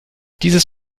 dieses